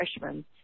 freshmen